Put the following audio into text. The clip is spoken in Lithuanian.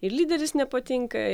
ir lyderis nepatinka